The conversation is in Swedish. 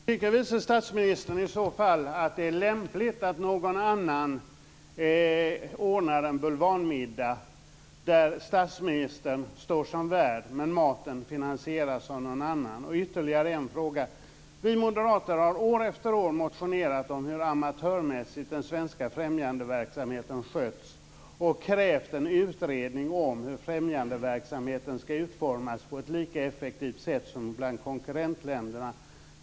Fru talman! Tycker vice statsministern i så fall att det är lämpligt att någon annan ordnar en bulvanmiddag där statsministern står som värd men maten finansieras av någon annan? Och ytterligare en fråga. Vi moderater har år efter år motionerat om hur amatörmässigt den svenska främjandeverksamheten skötts och krävt en utredning om hur främjandeverksamheten ska utformas på ett lika effektivt sätt som bland konkurrentländerna.